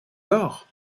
d’or